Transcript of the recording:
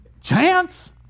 Chance